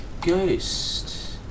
ghost